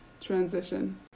Transition